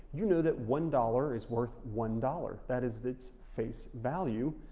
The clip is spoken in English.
you know that one dollars is worth one dollars, that is its face value.